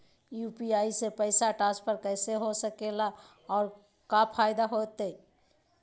UPI से पैसा transfer कैसे हो सके ला और का फायदा होएत?